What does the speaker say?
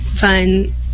fun